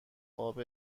قاب